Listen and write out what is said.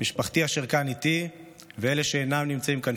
משפחתי אשר כאן איתי ואלה שאינם נמצאים כאן